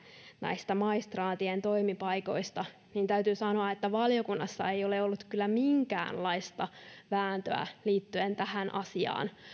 näistä maistraattien toimipaikoista niin täytyy sanoa että valiokunnassa ei ole ollut kyllä minkäänlaista vääntöä liittyen tähän asiaan